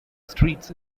streets